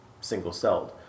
single-celled